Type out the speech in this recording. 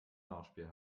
nachspiel